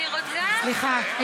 סליחה,